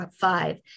five